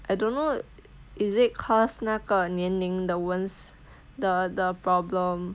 I don't know is it because 那个年龄的 wounds the the problem